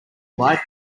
light